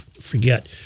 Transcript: forget